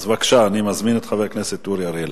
אני מזמין את חבר הכנסת אורי אריאל,